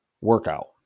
workout